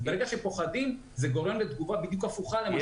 ברגע שפוחדים זה גורם לתגובה בדיוק הפוכה למה שאתם רוצים.